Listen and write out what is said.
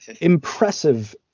impressive